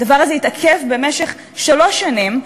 הדבר הזה התעכב במשך שלוש שנים.